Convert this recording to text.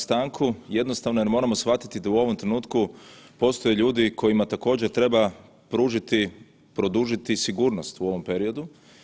stanku, jednostavno jer moramo shvatiti da u ovom trenutku postoje ljudi kojima također treba pružiti, produžiti sigurnost u ovom periodu.